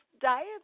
diet